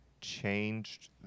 changed